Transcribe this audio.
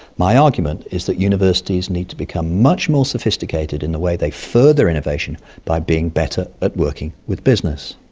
my argument is that universities need to become much more sophisticated in the way they further innovation by being better at working with business.